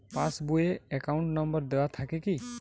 Pass বই এ account number দেওয়া থাকে কি?